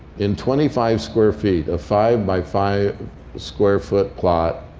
in twenty five square feet, a five by five square foot plot,